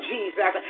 Jesus